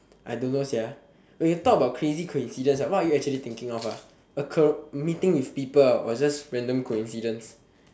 I don't know okay talk about crazy coincidence what are you actually thinking of occur meeting with people or just random coincidence